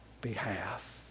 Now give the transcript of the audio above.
behalf